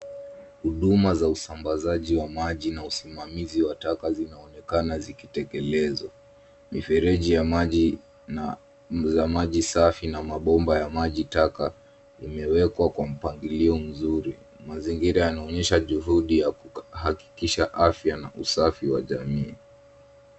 Huduma za usambazaji wa maji na usimamizi wa taka zinaonekana zikitekelezwa. Mifereji ya maji na za maji safi na mabomba ya maji taka vimewekwa kwa mpangilio mzuri. Mazingira yanaonyesha juhudi ya kuhakikisha afya na usafi wa jamii.